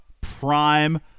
Prime